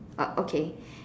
oh okay